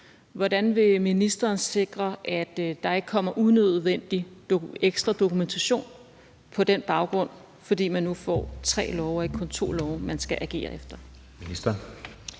Hvordan vil ministeren sikre, at der ikke bliver unødvendig ekstra dokumentation på den baggrund, når man nu får tre love og ikke kun to love, man skal agere efter?